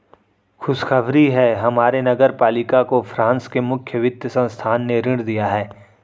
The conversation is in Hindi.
खुशखबरी है हमारे नगर पालिका को फ्रांस के मुख्य वित्त संस्थान ने ऋण दिया है